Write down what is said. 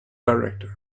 director